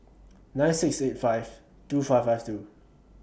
nine six eight five two five five two